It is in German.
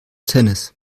tennis